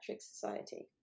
Society